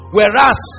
Whereas